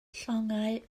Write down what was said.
llongau